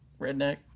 redneck